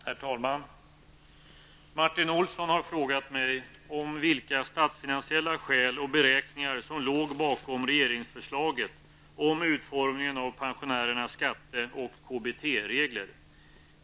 Herr talman! Martin Olsson har frågat mig vilka statsfinansiella skäl och beräkningar som låg bakom regeringsförslaget om utformningen av pensionärernas skatte och KBT-regler.